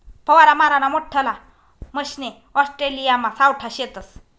फवारा माराना मोठल्ला मशने ऑस्ट्रेलियामा सावठा शेतस